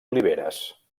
oliveres